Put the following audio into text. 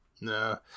no